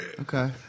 Okay